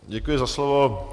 Děkuji za slovo.